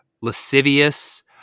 lascivious